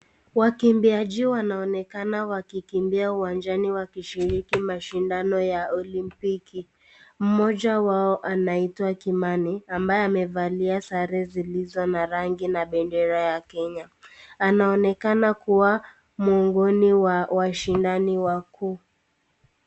Wakimbiaji wanaonekana wakikimbia uwanjani, wakishiriki mashindano ya Olimpiki. Mmoja wao anaitwa Kimani, ambaye amevalia sare zilizo na rangi na bendera ya Kenya. Anaonekana kuwa mwongoni wa washindani wakuu.